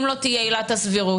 אם לא תהיה עילת הסבירות.